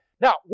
Now